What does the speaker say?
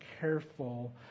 careful